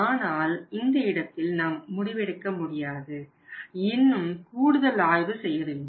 ஆனால் இந்த இடத்தில் நாம் முடிவெடுக்க முடியாது இன்னும் கூடுதல் ஆய்வு செய்ய வேண்டும்